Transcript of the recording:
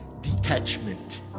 Detachment